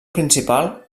principal